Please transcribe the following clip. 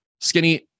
skinny